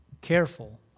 careful